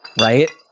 Right